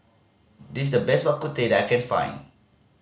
this is the best Bak Kut Teh that I can find